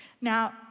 Now